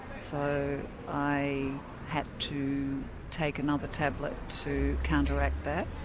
so i had to take another tablet to counteract that.